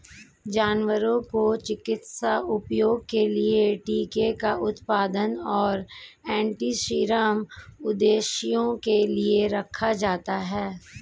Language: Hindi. जानवरों को चिकित्सा उपयोग के लिए टीके का उत्पादन और एंटीसीरम उद्देश्यों के लिए रखा जाता है